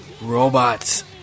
robots